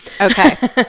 Okay